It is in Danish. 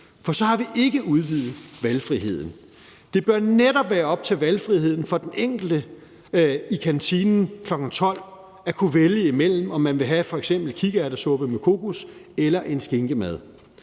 for så har vi ikke udvidet valgfriheden. Det bør netop være op til den enkelte i kantinen kl. 12.00 at kunne vælge mellem, om man vil have f.eks. kikærtesuppe med kokos eller en skinkemad.